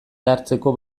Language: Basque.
hartzeko